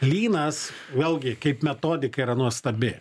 lynas vėlgi kaip metodika yra nuostabi